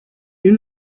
you